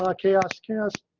ah chaos chaos.